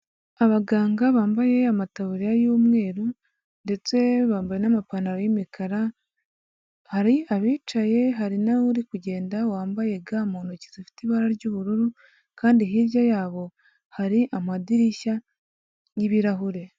Abaganga bambaye amataburiya y'umweru ndetse bambaye n'amapantaro y'imikara, hari abicaye hari n'uri kugenda wambaye ga mu ntoki zifite ibara ry'ubururu kandi hirya yabo hari amadirishya n'ibirahure.